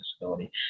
disability